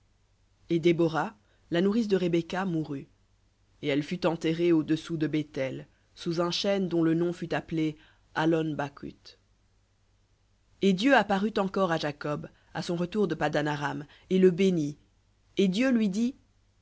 et debora la nourrice de rebecca mourut et elle fut enterrée au-dessous de béthel sous un chêne dont le nom fut appelé allon bacuth v et dieu apparut encore à jacob à son retour de paddan aram et le bénit et dieu lui dit